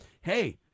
hey